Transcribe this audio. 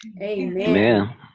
Amen